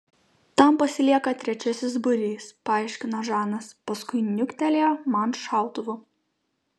tam pasilieka trečiasis būrys paaiškino žanas paskui niuktelėjo man šautuvu